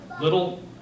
Little